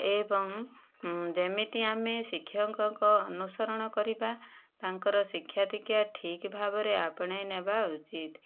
ଏବଂ ଯେମିତି ଆମେ ଶିକ୍ଷକଙ୍କ ଅନୁସରଣ କରିବା ତାଙ୍କର ଶିକ୍ଷା ଦୀକ୍ଷା ଠିକ ଭାବରେ ଆପଣାଇ ନେବା ଉଚିତ